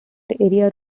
area